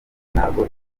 ntabwo